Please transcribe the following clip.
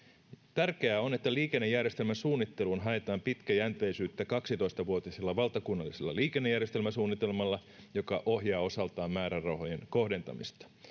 tärkeää on että liikennejärjestelmäsuunnitteluun haetaan pitkäjänteisyyttä kaksitoista vuotisella valtakunnallisella liikennejärjestelmäsuunnitelmalla joka ohjaa osaltaan määrärahojen kohdentamista